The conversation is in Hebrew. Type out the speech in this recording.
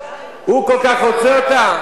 הוא כל כך רוצה אותה,